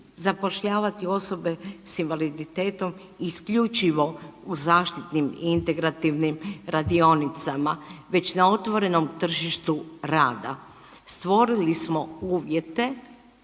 zapošljavati osobe s invaliditetom isključivo u zaštitnim i integrativnim radionicama već na otvorenom tržištu rada. Stvorili smo uvjete,